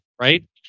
right